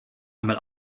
einmal